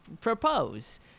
propose